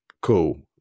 Cool